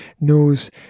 knows